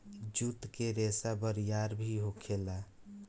जुट के रेसा बरियार भी होखेला